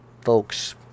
folks